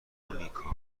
مونیکا